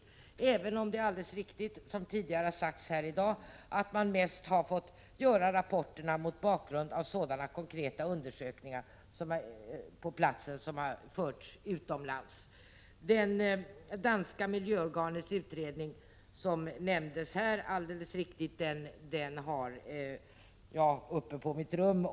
Jag måste då framhålla att det är alldeles riktigt, som tidigare har sagts här i dag, att man mest har fått utarbeta rapporterna mot bakgrund av de konkreta undersökningar av platsen som utförts utomlands. Det danska miljöorganets utredning, som också nämndes här, har jag ett exemplar av uppe på mitt rum.